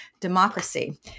democracy